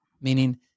Meaning